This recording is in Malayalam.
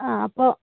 ആ അപ്പോള്